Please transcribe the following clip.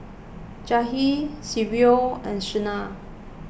Jahir Silvio and Shena